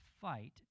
fight